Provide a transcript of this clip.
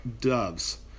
doves